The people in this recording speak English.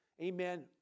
amen